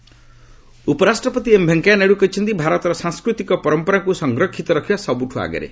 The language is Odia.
ଭାଇସ୍ ପ୍ରେସିଡେଣ୍ଡ ଉପରାଷ୍ଟ୍ରପତି ଏମ୍ ଭେଙ୍କେୟା ନାଇଡୁ କହିଛନ୍ତି ଭାରତର ସାଂସ୍କୃତିକ ପରମ୍ପରାକୁ ସଂରକ୍ଷିତ ରଖିବା ସବୁଠୁ ଆଗରେ